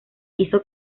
hizo